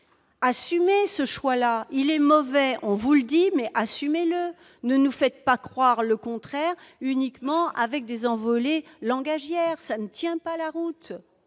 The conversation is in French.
Assumez ce choix-là ! Il est mauvais, on vous le dit. Mais assumez-le ! Ne nous faites pas croire le contraire avec des envolées langagières, cela ne tient pas la route